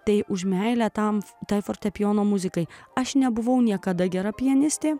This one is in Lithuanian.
tai už meilę tam tą fortepijono muzikai aš nebuvau niekada gera pianistė